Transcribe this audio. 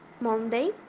Monday